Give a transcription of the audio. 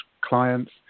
clients